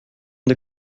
des